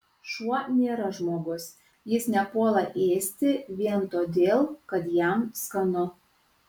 šuo nėra žmogus jis nepuola ėsti vien todėl kad jam skanu